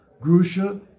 grusha